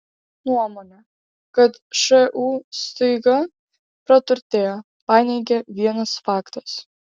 nuomonę kad šu staiga praturtėjo paneigė vienas faktas